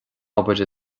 obair